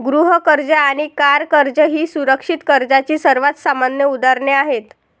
गृह कर्ज आणि कार कर्ज ही सुरक्षित कर्जाची सर्वात सामान्य उदाहरणे आहेत